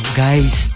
guys